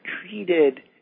treated